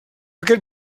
aquest